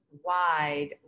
wide